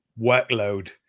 workload